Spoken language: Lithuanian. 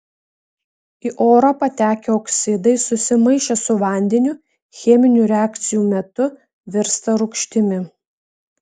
į orą patekę oksidai susimaišę su vandeniu cheminių reakcijų metu virsta rūgštimi